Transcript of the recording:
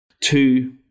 two